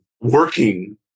working